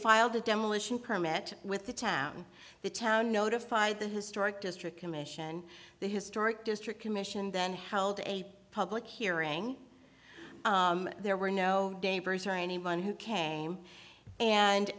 filed a demolition permit with the town the town notified the historic district commission the historic district commission then held a public hearing there were no anyone who came and